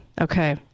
okay